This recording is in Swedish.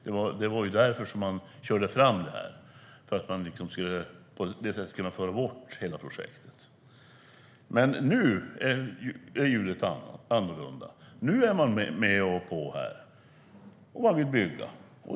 Det var därför man körde fram det här, för att på det sättet kunna få bort hela projektet. Men nu är ljudet annorlunda. Nu är man med och på, och man vill bygga.